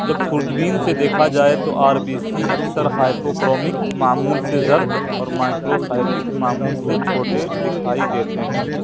جب خوردبین سے دیکھا جائے تو آر بی سی اکثر ہائپو کرومک معمول سے زرد اور مائکرو سائیتک معمول سے چھوٹے دکھائی دیتے ہیں